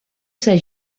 ser